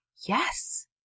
Yes